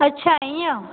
अच्छा हीअं